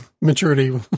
maturity